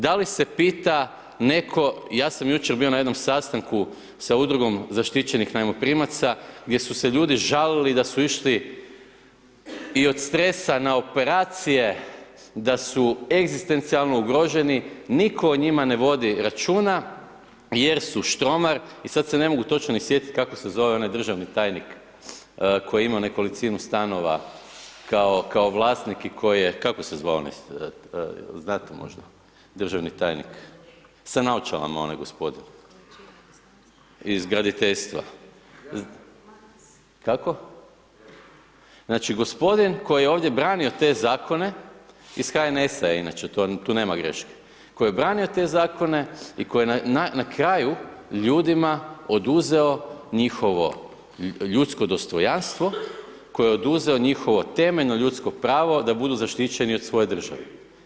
Da li se pita neko, ja sam jučer bio na jednom sastankom sa udrugom zaštićenih najmoprimaca, gdje su se ljudi žalili da su išli i od stresa na operacije, da su egzistencijalno ugroženi nitko od njima ne vodi računa jer su Štromar i sad se ne mogu točno ni sjetit kako se zove ona državni tajnik koji je imao nekolicinu stanova kao vlasnik i koji je, kako se zvao onaj jel znate možda državni tajnik sa naočalama onaj gospodin iz graditeljstva, kako, znači gospodin koji ovdje branio te zakone, iz HNS-a je inače tu nema greške, koji branio te zakone i koji je na kraju ljudima oduzeo njihovo ljudsko dostojanstvo, koji je oduzeo njihovo temeljno pravo da budu zaštićeni od svoje države.